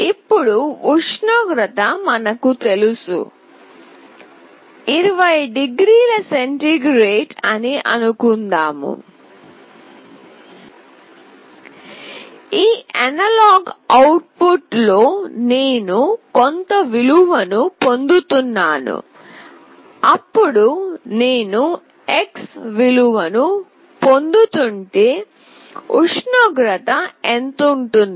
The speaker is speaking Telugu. ఇప్పుడు ఉష్ణోగ్రత మనకు తెలుసు 20 డిగ్రీల సెంటీగ్రేడ్ అని అనుకుందాము ఈ అనలాగ్ అవుట్పుట్ లో నేను కొంత విలువను పొందుతున్నాను అప్పుడు నేను x విలువను పొందుతుంటే ఉష్ణోగ్రత ఎంత ఉంటుంది